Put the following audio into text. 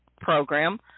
program